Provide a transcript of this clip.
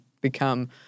become